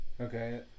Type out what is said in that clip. Okay